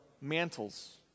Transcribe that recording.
mantles